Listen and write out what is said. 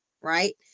right